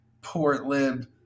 Portland